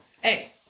Hey